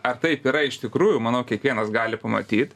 ar taip yra iš tikrųjų manau kiekvienas gali pamatyt